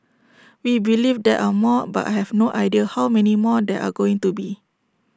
we believe there are more but I have no idea how many more there are going to be